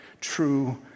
True